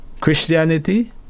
Christianity